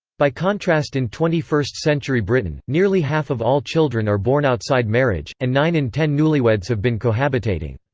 by contrast in twenty first century britain, nearly half of all children are born outside marriage, and nine in ten newlyweds have been cohabitating.